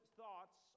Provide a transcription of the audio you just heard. thoughts